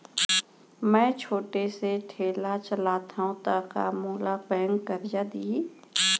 मैं छोटे से ठेला चलाथव त का मोला बैंक करजा दिही?